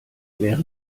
wäre